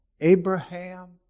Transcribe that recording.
Abraham